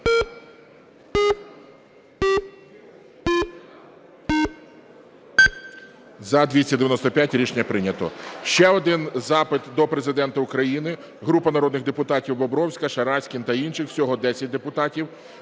За-295 Рішення прийнято. Ще один запит до Президента України. Група народних депутаті (Бобровська, Шараськін та інших. Всього 10 депутатів)